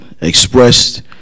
expressed